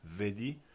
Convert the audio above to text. VEDI